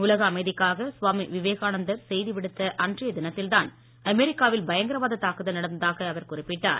உலக அமைதிக்காக சுவாமி விவேகானந்தர் செய்தி விடுத்த அன்றைய தினத்தில் தான் அமெரிக்காவில் பயங்கரவாத தாக்குதல் நடந்ததாக அவர் குறிப்பிட்டார்